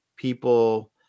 people